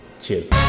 cheers